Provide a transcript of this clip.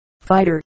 fighter